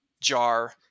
jar